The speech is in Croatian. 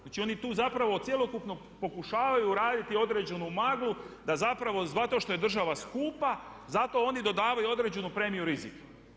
Znači oni tu zapravo od cjelokupnog pokušavaju uraditi određenu maglu da zapravo zato što je država skupa zato oni dodavaju određenu premiju rizika.